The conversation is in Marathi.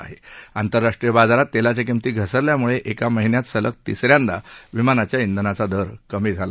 आंतरराष्ट्रीय बाजारात तेलाच्या किमती घसरल्यामुळे एका महिन्यात सलग तिसऱ्यांदा विमानाच्या श्विनाचा दर कमी झाला